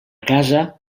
casa